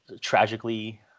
tragically